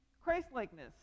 Christlikeness